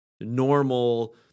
normal